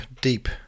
deep